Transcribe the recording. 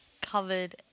covered